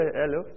hello